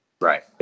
Right